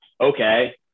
okay